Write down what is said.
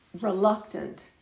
reluctant